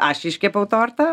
aš iškepiau tortą